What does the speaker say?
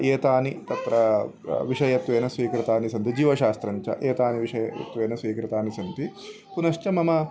एतानि तत्र विषयत्वेन स्वीकृतानि सन्ति जीवशास्त्रं च एतेन विषयत्वेन स्वीकृतानि सन्ति पुनश्च मम